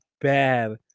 bad